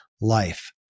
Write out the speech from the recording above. Life